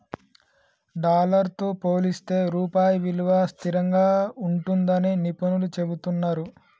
dollar తో పోలిస్తే రూపాయి విలువ స్థిరంగా ఉంటుందని నిపుణులు చెబుతున్నరు